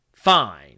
fine